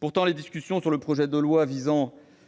Pourtant, les discussions sur le projet de loi